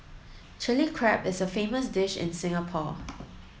Chilli Crab is a famous dish in Singapore